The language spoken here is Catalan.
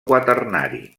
quaternari